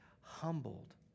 humbled